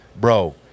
Bro